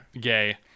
gay